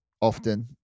often